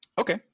Okay